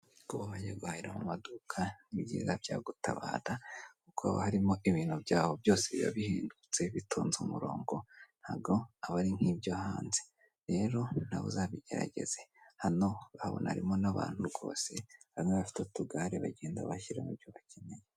Kuba wajya guhahira mu maduka n'ibyiza byagutabara kuko harimo ibintu byaho byose biba bihendutse bitonze umurongo ntago aba ari nk'ibyo hanze, rero uzabigerageze hano urabona harimo n'abantu rwose bamwe bafite utugare bagenda bashyira mu kintu kinini.